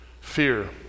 fear